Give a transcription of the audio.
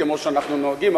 כמו שאנחנו נוהגים,